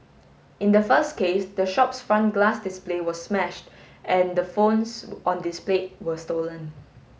in the first case the shop front glass display was smashed and the phones on displayed were stolen